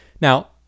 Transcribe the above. Now